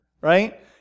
right